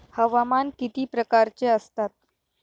हवामान किती प्रकारचे असतात?